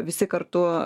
visi kartu